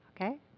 okay